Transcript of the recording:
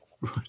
right